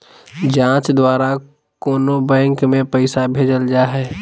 जाँच द्वारा कोनो बैंक में पैसा भेजल जा हइ